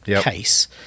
case